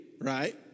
right